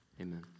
amen